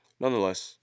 Nonetheless